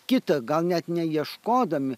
kita gal net neieškodami